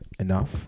Enough